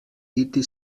iti